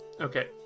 Okay